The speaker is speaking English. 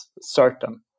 certain